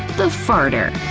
the farter